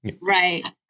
Right